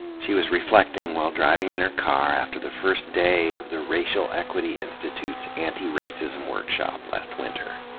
she was reflecting while driving in her car after the first day of the racial equity institute's anti racism workshop last winter.